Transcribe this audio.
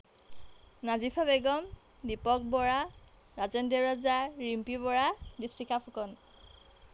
Nazifa Begum Dipak Bora Rajen Deuraja Rimpi Bora Dipshikha Phukan